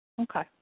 Okay